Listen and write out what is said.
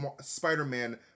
Spider-Man